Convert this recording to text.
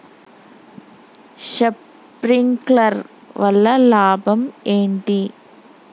Sprinkler వల్ల లాభం ఏంటి?